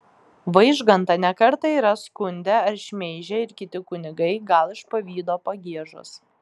vaižgantą ne kartą yra skundę ar šmeižę ir kiti kunigai gal iš pavydo pagiežos